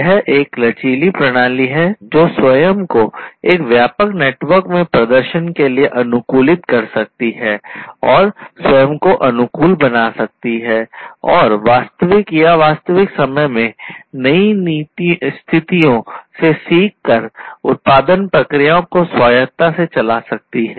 यह एक लचीली प्रणाली है जो स्वयं को एक व्यापक नेटवर्क में प्रदर्शन के लिए अनुकूलित कर सकती है और स्वयं को अनुकूल बना सकती है और वास्तविक या वास्तविक समय में नई स्थितियों से सीख कर उत्पादन प्रक्रियाओं को स्वायत्तता से चला सकती है